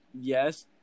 Yes